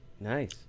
Nice